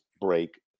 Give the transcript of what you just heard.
break